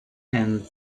and